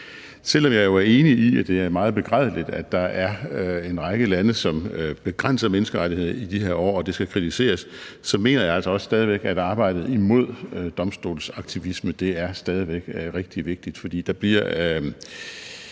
selv om jeg jo er enig i, at det er meget begrædeligt, at der er en række lande, som begrænser menneskerettigheder i de her år – og det skal kritiseres – så mener jeg altså også stadig, at arbejdet imod domstolsaktivisme er rigtig vigtigt. Jeg har